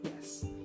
Yes